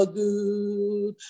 good